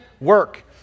work